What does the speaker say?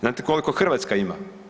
Znate koliko Hrvatska ima?